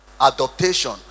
adaptation